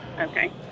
Okay